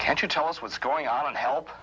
can't you tell us what's going on and help